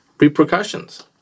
repercussions